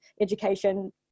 education